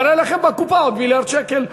והרי לכם בקופה עוד מיליארד שקל.